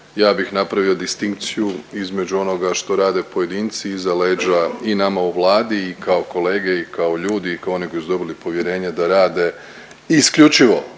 ja bih napravio distinkciju između onoga što rade pojedinci iza leđa i nama u Vladi i kao kolege i kao ljudi i kao oni koji su dobili povjerenje da rade isključivo